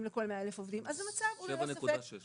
לכל מאה אלף עובדים אז המצב הוא ללא ספק,